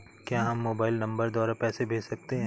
क्या हम mobile number द्वारा पैसे भेज सकते हैं?